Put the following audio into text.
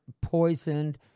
poisoned